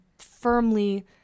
firmly